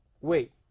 wait